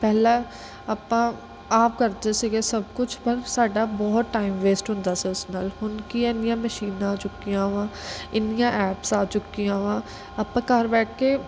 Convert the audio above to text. ਪਹਿਲਾਂ ਆਪਾਂ ਆਪ ਕਰਦੇ ਸੀਗੇ ਸਭ ਕੁਛ ਪਰ ਸਾਡਾ ਬਹੁਤ ਟਾਈਮ ਵੇਸਟ ਹੁੰਦਾ ਸੀ ਉਸ ਨਾਲ ਹੁਣ ਕੀ ਇੰਨੀਆਂ ਮਸ਼ੀਨਾਂ ਆ ਚੁੱਕੀਆਂ ਵਾ ਇੰਨੀਆਂ ਐਪਸ ਆ ਚੁੱਕੀਆਂ ਵਾ ਆਪਾਂ ਘਰ ਬੈਠ ਕੇ